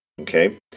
Okay